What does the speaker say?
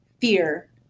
fear